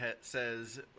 says